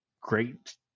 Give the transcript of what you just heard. Great